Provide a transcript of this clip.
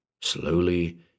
Slowly